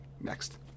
next